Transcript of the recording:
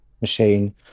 machine